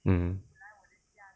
mm